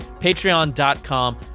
Patreon.com